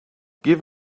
give